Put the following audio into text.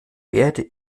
werde